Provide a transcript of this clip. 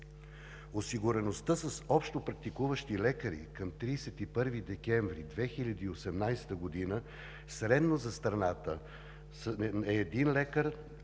Осигуреността с общопрактикуващи лекари към 31 декември 2018 г. средно за страната е един лекар